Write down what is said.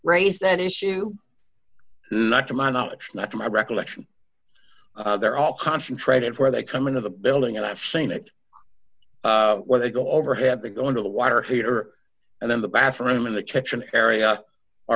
raise that issue not to my knowledge not to my recollection they're all concentrated where they come into the building and i've seen that when they go over have to go under the water heater and then the bathroom in the kitchen area